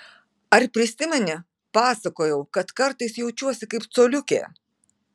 ar prisimeni pasakojau kad kartais jaučiuosi kaip coliukė